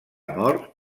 mort